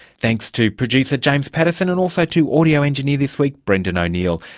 thanks to producer james pattison and also to audio engineer this week brendan o'neill.